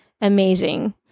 amazing